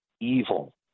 evil